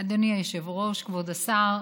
אדוני היושב-ראש, כבוד השר,